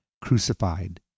crucified